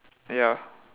ya